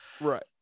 Right